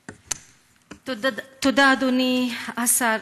תודה, אדוני השר.